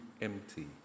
empty